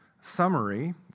summary